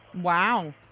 wow